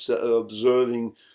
observing